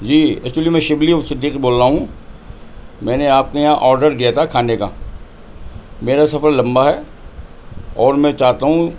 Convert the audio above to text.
جی actually میں شبلی صدیقی بول رہا ہوں میں نے آپ کے یہاں آڈر دیا تھا کھانے کا میرا سفر لمبا ہے اور میں چاہتا ہوں